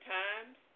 times